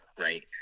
right